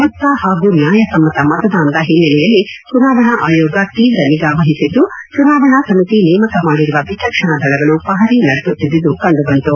ಮುಕ್ತ ಹಾಗೂ ನ್ಯಾಯಸಮ್ಮತ ಮತದಾನದ ಹಿನ್ನೆಲೆಯಲ್ಲಿ ಚುನಾವಣಾ ಆಯೋಗ ತೀವ್ರ ನಿಗಾ ವಹಿಸಿದ್ದು ಚುನಾವಣಾ ಸಮಿತಿ ನೇಮಕ ಮಾಡಿರುವ ವಿಚಕ್ಷಣಾ ದಳಗಳು ಪಹರೆ ನಡೆಸುತ್ತಿದ್ದುದು ಕಂಡುಬಂದಿತು